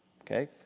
Okay